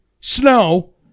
snow